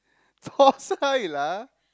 chua sai lah